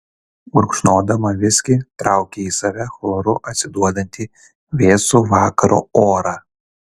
gurkšnodama viskį traukė į save chloru atsiduodantį vėsų vakaro orą